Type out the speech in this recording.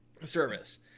service